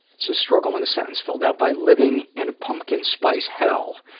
so struggle in a sentence filled out by living in a pumpkin spice hell.